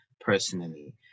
personally